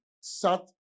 sat